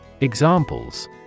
Examples